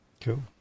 Cool